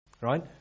right